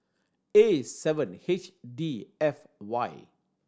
A seven H D F Y